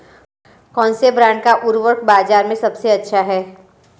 कौनसे ब्रांड का उर्वरक बाज़ार में सबसे अच्छा हैं?